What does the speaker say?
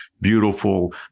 beautiful